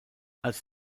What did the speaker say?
als